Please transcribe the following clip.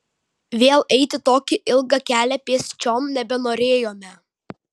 vėl eiti tokį ilgą kelią pėsčiom nebenorėjome